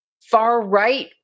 far-right